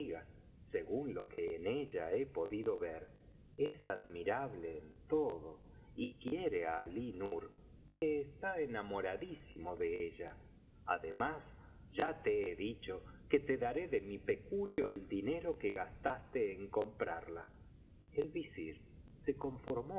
según lo que en ella he podido ver es admirable en todo y quiere á alí nur que está enamoradísimo ele ella además ya te he dicho que te daré de mi peculio el dinero que gastaste en comprarla el visir se conformó con